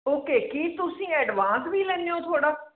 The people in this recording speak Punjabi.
ਓਕੇ ਕੀ ਤੁਸੀਂ ਐਡਵਾਂਸ ਵੀ ਲੈਂਦੇ ਹੋ ਥੋੜ੍ਹਾ